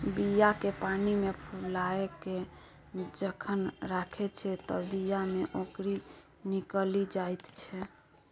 बीया केँ पानिमे फुलाए केँ जखन राखै छै तए बीया मे औंकरी निकलि जाइत छै